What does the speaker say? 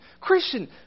Christian